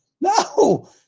No